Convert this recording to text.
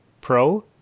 Pro